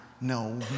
no